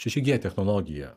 šeši gie technologiją